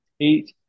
eight